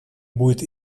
будет